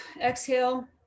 exhale